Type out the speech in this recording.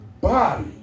body